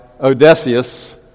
Odysseus